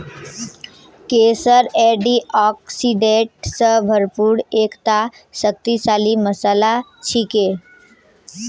केसर एंटीऑक्सीडेंट स भरपूर एकता शक्तिशाली मसाला छिके